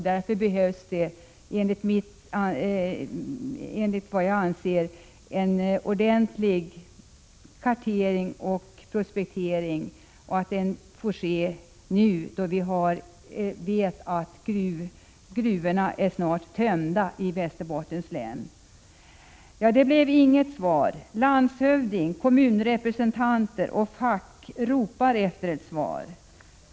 Därför behövs det, anser jag, en ordentlig kartering och prospektering, och den bör få ske nu, då vi vet att gruvorna i Västerbottens län snart är tömda. Det blev inget svar — landshövding, kommunrepresentanter och fack ropar efter ett svar.